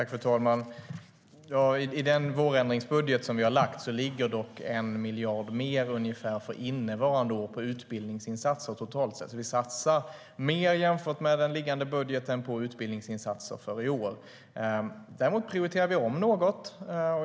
Fru talman! I den vårändringsbudget som vi har lagt fram finns det dock för innevarande år ungefär 1 miljard mer för utbildningsinsatser totalt sett. Vi satsar mer jämfört med den liggande budgeten på utbildningsinsatser för i år. Däremot prioriterar vi om något.